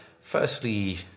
Firstly